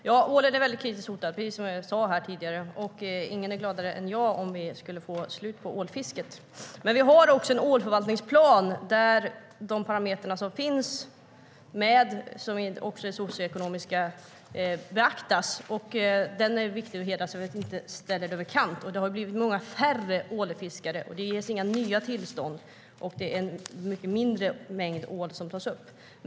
Herr talman! Ja, ålen är kritiskt hotad, som jag sa tidigare. Ingen skulle bli gladare än jag om vi finge slut på ålfisket. Men vi har också en ålförvaltningsplan, där de parametrar som finns med beaktas, också de socioekonomiska. Det är viktigt att hedra denna plan och inte ställa den över kant. Det har blivit mycket färre ålfiskare, och det ges inga nya tillstånd. Det är en mycket mindre mängd ål som tas upp.